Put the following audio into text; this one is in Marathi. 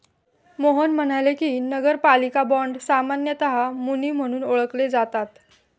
रोहन म्हणाले की, नगरपालिका बाँड सामान्यतः मुनी म्हणून ओळखले जातात